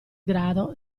grado